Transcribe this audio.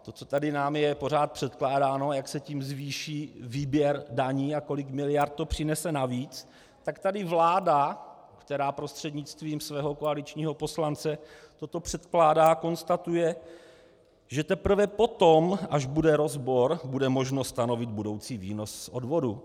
To, co nám je tady pořád předkládáno, jak se tím zvýší výběr daní a kolik miliard to přinese navíc, tak tady vláda, která prostřednictvím svého koaličního poslance toto předkládá, konstatuje, že teprve potom, až bude rozbor, bude možno stanovit budoucí výnos z odvodu.